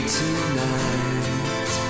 tonight